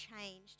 changed